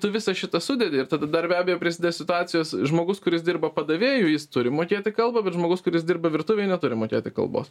tu visą šitą sudedi ir tada dar be abejo prisidės situacijos žmogus kuris dirba padavėju jis turi mokėti kalbą bet žmogus kuris dirba virtuvėj neturi mokėti kalbos